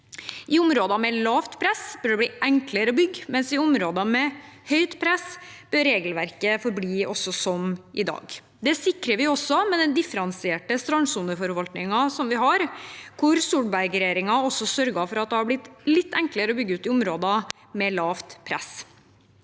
I områder med lavt press bør det bli enklere å bygge, mens i områder med høyt press bør regelverket forbli som i dag. Det sikrer vi med den differensierte strandsoneforvaltningen som vi har, hvor Solberg-regjeringen sørget for at det har blitt litt enklere å bygge ut i områder med lavt press.